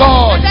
God